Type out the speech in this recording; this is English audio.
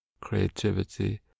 creativity